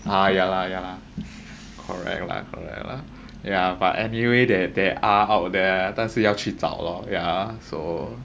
ah ya lah ya lah correct lah correct lah yeah but anyway that there are out there 但是要去找了 lor yeah so